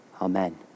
Amen